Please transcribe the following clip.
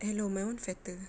hello my [one] fatter